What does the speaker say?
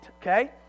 okay